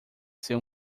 ser